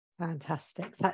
Fantastic